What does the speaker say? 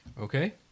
okay